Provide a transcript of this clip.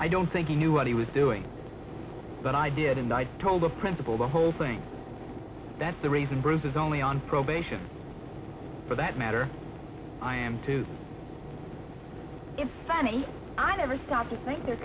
i don't think he knew what he was doing but i did and i told the principal the whole thing that the reason bruce is only on probation for that matter i am too funny i never stop to think there